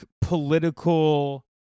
political